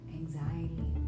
anxiety